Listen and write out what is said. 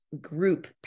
group